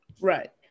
Right